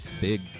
big